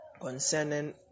concerning